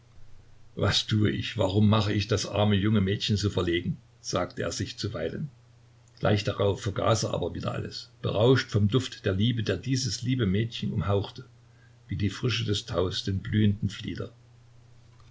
was tue ich warum mache ich das arme junge mädchen so verlegen sagte er sich zuweilen gleich darauf vergaß er aber wieder alles berauscht vom duft der liebe der dieses liebe mädchen umhauchte wie die frische des taus den blühenden flieder